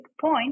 point